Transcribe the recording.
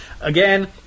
Again